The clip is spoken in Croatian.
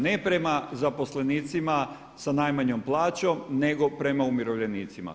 Ne prema zaposlenicima sa najmanjom plaćom, nego prema umirovljenicima.